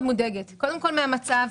קודם כל מהמצב.